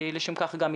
שלשם כך גם התכנסנו.